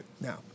now